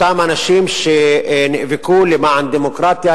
אותם אנשים שנאבקו למען דמוקרטיה,